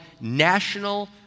national